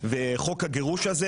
חוק הגירוש הזה,